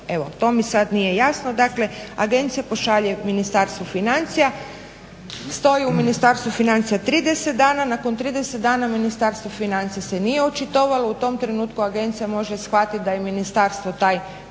Evo to mi sad nije jasno. Dakle, agencija pošalje Ministarstvu financija. Stoji u Ministarstvu financija 30 dana. Nakon 30 dana Ministarstvo financija se nije očitovalo. U tom trenutku agencija može shvatiti da je ministarstvo taj